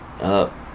Up